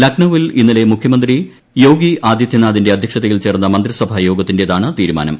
ലക്നൌവിൽ ഇന്നലെ മുഖ്യമന്ത്രി കോശി ആദിത്യനാഥിന്റെ അദ്ധ്യക്ഷതയിൽ ചേർന്ന മന്ത്രിസഭാ യോഗത്തിന്റേതാണ് തീരുമാനം